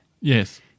yes